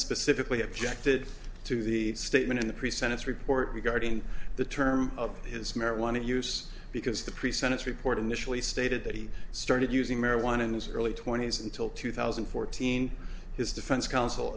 specifically objected to the statement in the pre sentence report regarding the term of his marijuana use because the pre sentence report initially stated that he started using marijuana in his early twenty's until two thousand and fourteen his defense counsel